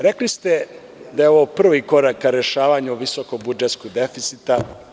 Rekli ste da je ovo prvi korak ka rešavanju visoko budžetskog deficita.